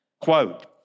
Quote